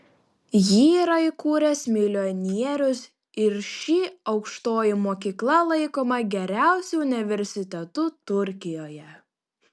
jį yra įkūręs milijonierius ir ši aukštoji mokykla laikoma geriausiu universitetu turkijoje